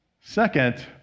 Second